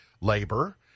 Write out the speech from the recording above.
labor